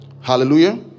Hallelujah